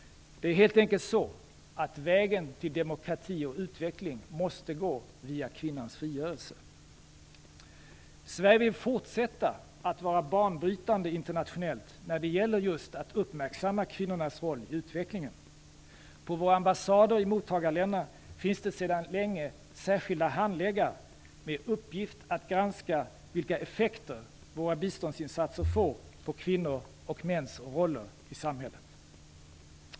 Det är helt enkelt så, att vägen till både demokrati och utveckling i ett samhälle måste gå via kvinnans frigörelse. Sverige vill fortsätta att vara banbrytande internationellt när det gäller att uppmärksamma kvinnornas roll i utvecklingen. På våra ambassader i mottagarländerna finns det sedan länge särskilda handläggare med uppgift att granska vilka effekter våra biståndsinsatser får på kvinnors och mäns roller i samhället.